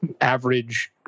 average